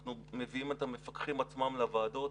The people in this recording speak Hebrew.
אנחנו מביאים את המפקחים עצמם לוועדות.